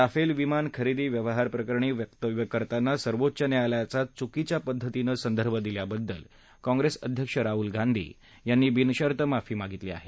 Rafale विमान खरेदी व्यवहारप्रकरणी वक्तव्य करताना सर्वोच्च न्यायालयाचा चुकीच्या पद्धतीनं संदर्भ दिल्याबद्दल काँप्रेस अध्यक्ष राहुल गांधी यांनी बिनशर्त माफी मागितली आहे